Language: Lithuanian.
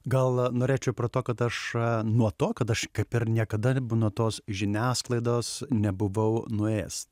gal norėčiau prie to kad aš nuo to kad aš kaip ir niekada nuo tos žiniasklaidos nebuvau nuėjęs